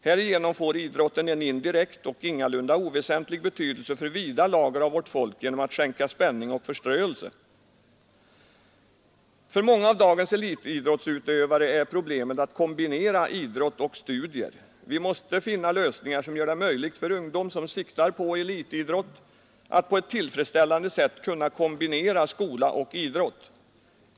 Härigenom får idrotten en indirekt och ingalunda oväsentlig betydelse för vida lager av vårt folk genom att skänka spänning och förströelse.” För många av dagens elitidrottsutövare är problemet att kombinera idrott och studier. Vi måste finna lösningar som gör det möjligt för ungdom som siktar på elitidrott att på ett tillfredsställande sätt kunna kombinera skola och idrott.